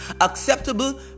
Acceptable